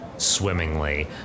Swimmingly